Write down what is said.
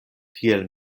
tiel